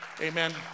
Amen